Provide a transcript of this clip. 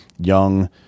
young